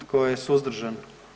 Tko je suzdržan?